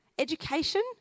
Education